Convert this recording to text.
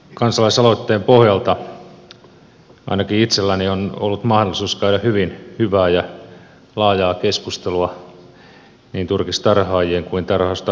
tämän kansalaisaloitteen pohjalta ainakin itselläni on ollut mahdollisuus käydä hyvin hyvää ja laajaa keskustelua niin turkistarhaajien kuin tarhausta vastustavien kanssa